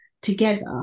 together